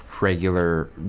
regular